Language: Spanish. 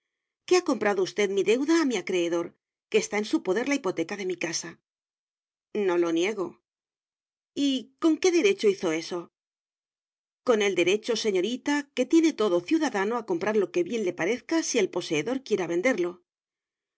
que ha comprado usted mi deuda a mi acreedor que está en su poder la hipoteca de mi casa no lo niego y con qué derecho hizo eso con el derecho señorita que tiene todo ciudadano a comprar lo que bien le parezca si el poseedor quiera venderlo